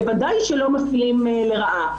בוודאי שלא מפלים לרעה.